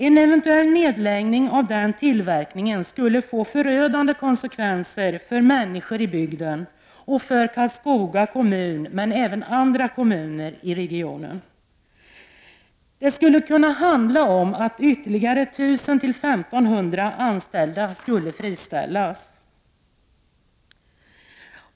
En eventuell nedläggning av den tillverkningen skulle få förödande konsekvenser för människor i bygden och för Karlskoga kommun men även för andra kommuner i regionen. Det kan komma att handla om att ytterligare 1 000-1 500 anställda friställs.